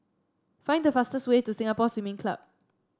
find the fastest way to Singapore Swimming Club